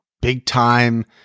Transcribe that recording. big-time